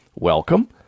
Welcome